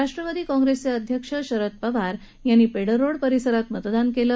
राष्ट्रवादी काँग्रेसचे अध्यक्ष शरद पवार यांनी आज पेडर रोड परिसरात मतदान केलं